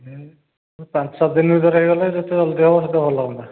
ପାଞ୍ଚ ଛଅ ଦିନ ଭିତରେ ହୋଇଗଲେ ଭଲ ହୁଅନ୍ତା